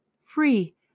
free